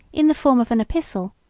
in the form of an epistle,